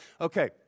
Okay